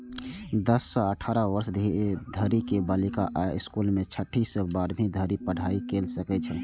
दस सं अठारह वर्ष धरि के बालिका अय स्कूल मे छठी सं बारहवीं धरि पढ़ाइ कैर सकै छै